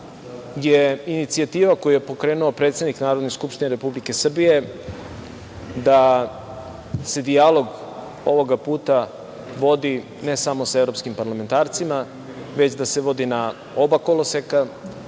je inicijativa koju je pokrenuo predsednik Narodne skupštine Republike Srbije, da se dijalog ovoga puta vodi ne samo sa evropskim parlamentarcima, već da se vodi na oba koloseka